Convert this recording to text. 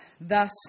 thus